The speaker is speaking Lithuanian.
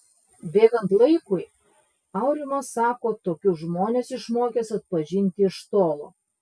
bėgant laikui aurimas sako tokius žmones išmokęs atpažinti iš tolo